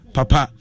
Papa